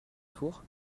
tour